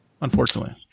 unfortunately